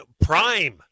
prime